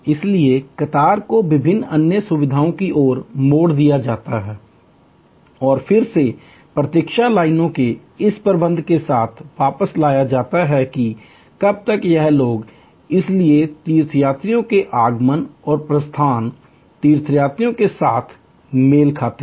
इसलिए कतार को विभिन्न अन्य सुविधाओं की ओर मोड़ दिया जाता है और फिर से प्रतीक्षा लाइन के इस प्रबंधन के साथ वापस लाया जाता है कि कब तक यह लगेगा और इसलिए तीर्थयात्रियों के आगमन और प्रस्थान तीर्थयात्रियों के साथ मेल खाते हैं